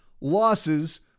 losses